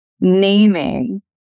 naming